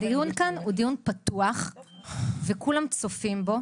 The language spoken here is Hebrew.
הדיון כאן הוא דיון פתוח וכולם צופים בו.